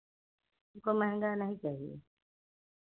हमको महंगा नहीं चाहिए